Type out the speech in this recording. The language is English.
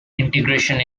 integration